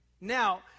Now